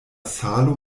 salo